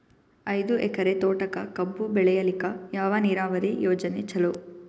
ಐದು ಎಕರೆ ತೋಟಕ ಕಬ್ಬು ಬೆಳೆಯಲಿಕ ಯಾವ ನೀರಾವರಿ ಯೋಜನೆ ಚಲೋ?